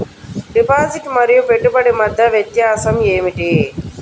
Deposit మరియు పెట్టుబడి మధ్య వ్యత్యాసం ఏమిటీ?